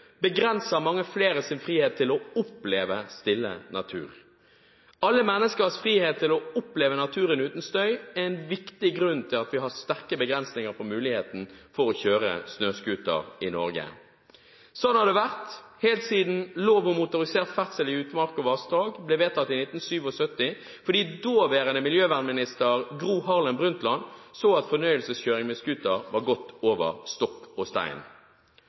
begrenser mange fleres frihet til å oppleve stille natur. Alle menneskers frihet til å oppleve naturen uten støy er en viktig grunn til at vi har sterke begrensinger på muligheten for å kjøre snøscooter i Norge. Sånn har det vært helt siden lov om motorferdsel i utmark og vassdrag ble vedtatt i 1977 fordi daværende miljøvernminister Gro Harlem Brundtland så at fornøyelseskjøring med scooter var gått over stokk og stein.